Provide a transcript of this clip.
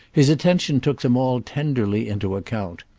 his attention took them all tenderly into account.